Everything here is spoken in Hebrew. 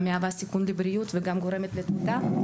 המהווה סיכון לבריאות וגם גורמת לתמותה.